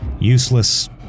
useless